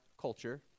culture